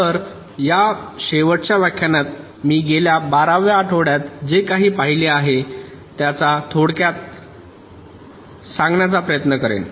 तर या शेवटच्या व्याख्यानात मी गेल्या 12 व्या आठवड्यात जे काही पाहिले आहे त्याचा थोडक्यात सांगण्याचा प्रयत्न करेन